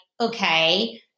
okay